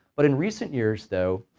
but in recent years though,